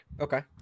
Okay